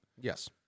Yes